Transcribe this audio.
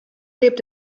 lebt